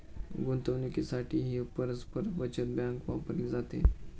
गुंतवणुकीसाठीही परस्पर बचत बँक वापरली जाते